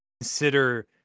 consider